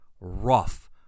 rough